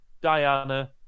Diana